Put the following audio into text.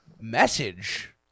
message